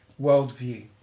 worldview